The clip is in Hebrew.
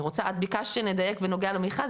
את ביקשת שנדייק בנוגע למכרז,